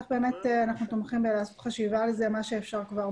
אנחנו תומכים בעשיית חשיבה בנושא ומה שאפשר לעשות,